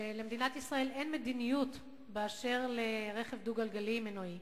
שלמדינת ישראל אין מדיניות בנוגע לרכב דו-גלגלי מנועי.